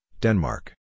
Denmark